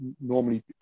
normally